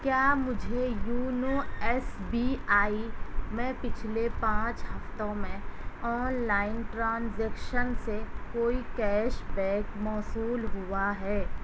کیا مجھے YONO S B I میں پچھلے پانچ ہفتوں میں آن لائن ٹرانزیکشن سے کوئی کیش بیک موصول ہوا ہے